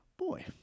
Boy